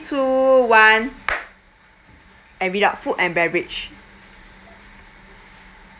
two one and read out food and beverage